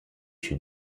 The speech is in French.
une